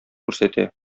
күрсәтә